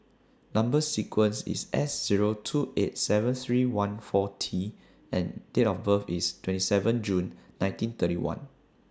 Number sequence IS S two eight seven three one four T and Date of birth IS twenty seven June nineteen thirty one